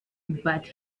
but